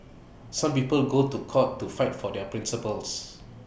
some people go to court to fight for their principles